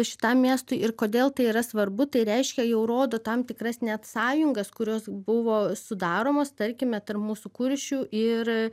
šitam miestui ir kodėl tai yra svarbu tai reiškia jau rodo tam tikras net sąjungas kurios buvo sudaromos tarkime tarp mūsų kuršių ir